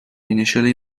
initially